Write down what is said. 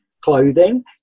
clothing